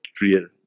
real